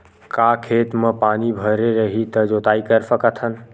का खेत म पानी भरे रही त जोताई कर सकत हन?